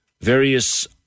various